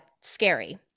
scary